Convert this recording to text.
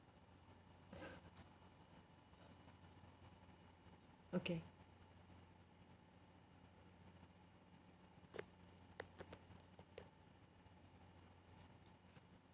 okay